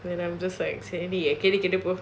then I'm just like எக்கேடோ கேட்டு போ:ekkaedo kettu po